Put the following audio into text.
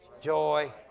Joy